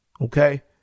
okay